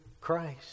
Christ